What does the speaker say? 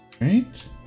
Right